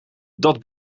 dat